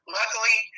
Luckily